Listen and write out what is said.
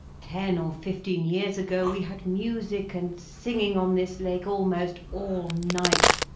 ten or fifteen years ago we had music and singing on this lake almost all night.